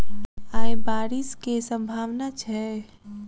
आय बारिश केँ सम्भावना छै?